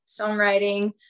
songwriting